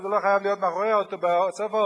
זה לא חייב להיות בסוף האוטובוס,